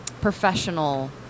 professional